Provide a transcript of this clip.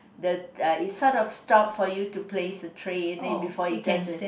the uh it sort of stop for you to place the tray in it before it does